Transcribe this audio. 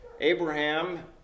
Abraham